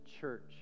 church